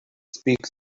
speaks